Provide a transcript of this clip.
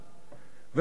ולהזמין אותה,